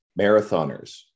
Marathoners